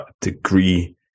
degree